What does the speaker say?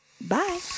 Bye